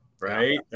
right